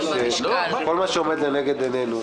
שכל מה שעומד לנגד עינינו,